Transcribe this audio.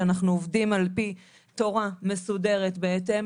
שאנחנו עובדים על פי תורה מסודרת בהתאם